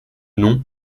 nom